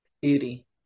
beauty